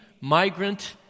Migrant